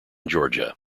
georgia